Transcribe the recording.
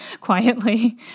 quietly